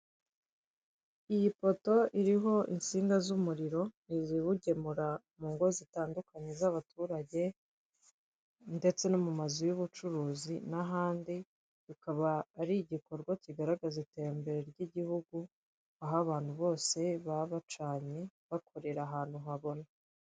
Iyi poto iriho insinga z'umuriro, ni iziwugemura mu ngo zitandukanye z'abaturage, ndetse no mu mazu y'ubucuruzi, n'ahandi, bikaba ari igikorwa kigaragaza iterambere ry'igihugu, aho abantu bose baba bacanye, bakorera ahantu habona.